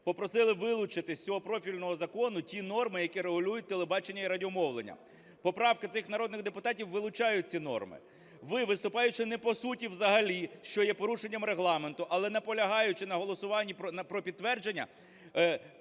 попросили вилучити з цього профільного закону ті норми, які регулюють телебачення і радіомовлення. Поправки цих народних депутатів вилучають ці норми. Ви, виступаючи не по суті взагалі, що є порушенням Регламенту, але наполягаючи на голосуванні про підтвердження,